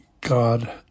God